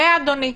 אדוני,